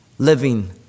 living